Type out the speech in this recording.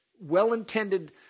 well-intended